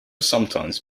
sometimes